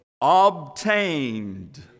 obtained